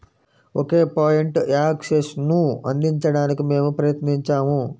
ఒకే point యాక్సెస్ను అందించడానికి మేము ప్రయత్నించాము